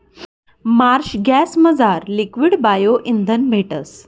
Marsh गॅसमझार liquid bio इंधन भेटस